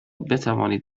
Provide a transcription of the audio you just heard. بتوانید